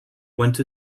went